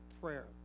prayer